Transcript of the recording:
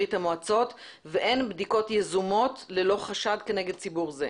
מברית המועצות ואין בדיקות יזומות ללא חשד כנגד ציבור זה.